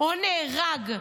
או נהרג,